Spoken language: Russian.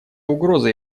угроза